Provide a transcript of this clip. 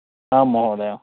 आम् महोदयः